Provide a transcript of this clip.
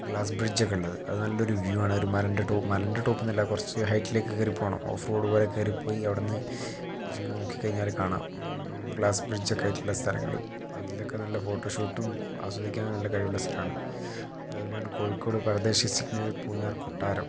glass bridge ഒക്കെ ഉള്ളത് അത് നല്ലൊരു വ്യൂ ആണ് ഒരു മലേൻ്റെ ടോപ്പ് മലേൻ്റെ ടോപ്പൊന്നുമല്ല കുറച്ച് ഹൈറ്റിലേക്ക് കയറി പോകണം ഓഫ് റോഡ് പോലെ കയറിപ്പോയി അവിടന്ന് കുറച്ച് ഇങ്ങനെ നോക്കി കഴിഞ്ഞാല് കാണാം ഗ്ലാസ് ബ്രിഡ്ജ് ഒക്കെ ആയിട്ടുള്ള സ്ഥലങ്ങള് അതിലൊക്കെ നല്ല ഫോട്ടോ ഷൂട്ടും ആസ്വദിക്കാൻ നല്ല കഴിവുള്ള സ്ഥലാണ് അതുപോലെയാണ് കോഴിക്കോട് പരദേശി സ്ട്രീറ്റിലെ പൂഞ്ഞാർ കൊട്ടാരം